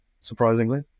surprisingly